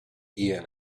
ian